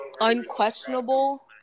unquestionable